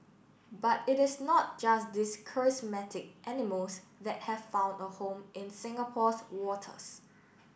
but it is not just these charismatic animals that have found a home in Singapore's waters